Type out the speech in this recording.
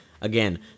Again